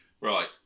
Right